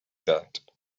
that